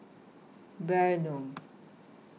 Bear noon